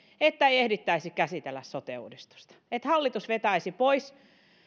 että ei ehdittäisi käsitellä sote uudistusta että hallitus vetäisi pois